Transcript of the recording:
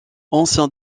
ancien